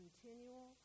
continual